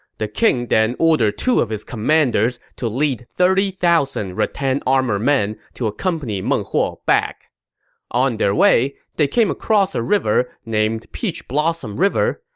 the king then ordered two of his commanders to lead thirty thousand rattan-armored men to accompany meng huo back on their way, they came across a river named peach blossom river,